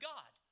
God